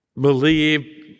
believe